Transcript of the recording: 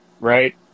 right